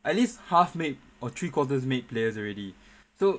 at least half made or three quarters made players already so